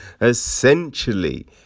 essentially